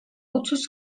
otuz